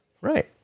right